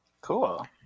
Cool